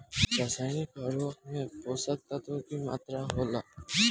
रसायनिक उर्वरक में पोषक तत्व की मात्रा होला?